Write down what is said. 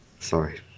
Sorry